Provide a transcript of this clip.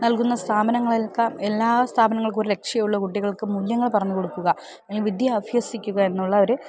നൽകുന്ന സ്ഥാപനങ്ങൾകൊക്കെ എല്ലാ സ്ഥാപനങ്ങൾകൊക്കെ ഒരു ലക്ഷ്യമുള്ളത് കുട്ടികൾക്ക് മൂല്യങ്ങൾ പറഞ്ഞു കൊടുക്കുക അല്ലങ്കിൽ വിദ്യ അഭ്യസിക്കുക എന്നുള്ള ഒരു